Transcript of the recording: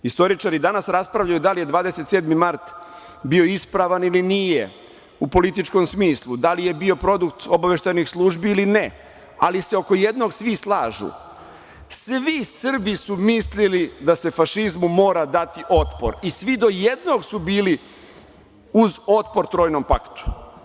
Istoričari danas raspravljaju da li je 27. marta bio ispravan ili nije, u političkom smislu, da li je bio produkt obaveštajnih službi ili ne, ali se oko jednog svi slažu - svi Srbi su mislili da se fašizmu mora dati otpor i svi do jednog su bili uz otpor Trojnom paktu.